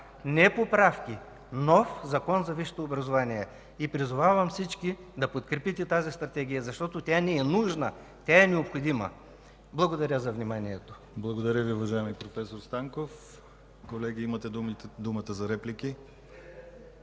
Не поправки, а нов Закон за висшето образование. И призовавам всички да подкрепите тази Стратегия, защото тя ни е нужна, тя е необходима! Благодаря за вниманието. ПРЕДСЕДАТЕЛ ДИМИТЪР ГЛАВЧЕВ: Благодаря Ви, уважаеми проф. Станков. Колеги, имате думата за реплики.